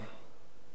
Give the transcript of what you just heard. זאב בנימין בגין,